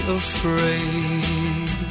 afraid